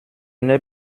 n’ai